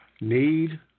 need